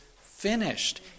finished